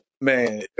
Man